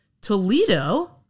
Toledo